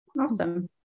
Awesome